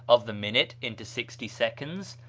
of the minute into sixty seconds,